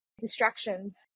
distractions